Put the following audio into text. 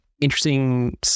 interesting